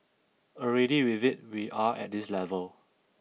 already with it we are at this level